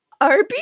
Arby